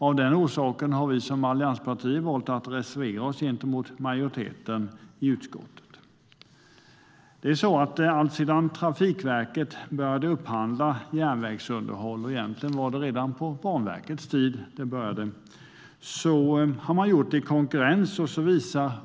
Av den orsaken har allianspartierna valt att reservera sig gentemot majoriteten i utskottet. Alltsedan Trafikverket började upphandla järnvägsunderhåll - egentligen var det redan på Banverkets tid som det började - har man gjort det i konkurrens.